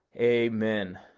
amen